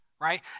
right